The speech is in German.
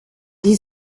die